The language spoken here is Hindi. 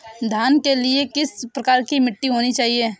धान के लिए किस प्रकार की मिट्टी होनी चाहिए?